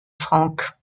frank